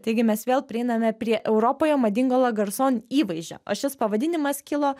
taigi mes vėl prieiname prie europoje madingo lagarson įvaizdžio o šis pavadinimas kilo